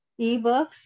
ebooks